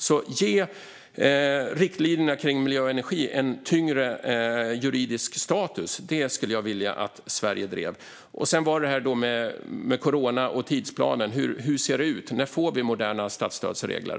Att ge riktlinjerna för miljö och energi en tyngre juridisk status är en fråga som jag skulle vilja att Sverige drev. Sedan var det det här med corona och tidsplanen. Hur ser det ut? När får vi moderna statsstödsregler?